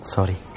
Sorry